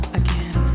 again